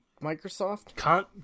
Microsoft